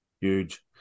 Huge